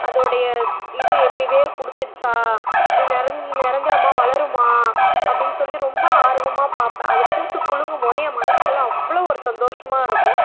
அதோடைய இது எப்படி வேர் பிடிச்சிடுச்சா நிரந் நிரந்தரமா வளருமா அப்படின்னு சொல்லி ரொம்ப ஆர்வமாக பார்ப்பேன் அது பூத்து குலுங்கும்போதே என் மனசுக்குள்ளே அவ்வளோ ஒரு சந்தோஷமாக இருக்கும்